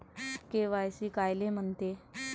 KYC कायले म्हनते?